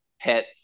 pet